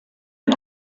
ein